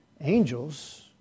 Angels